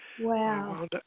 wow